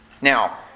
Now